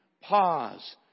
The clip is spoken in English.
Pause